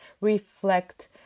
reflect